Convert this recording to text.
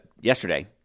yesterday